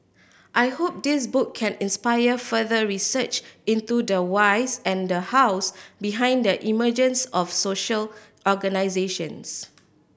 I hope this book can inspire further research into the whys and the hows behind the emergence of social organisations